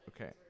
okay